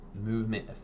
movement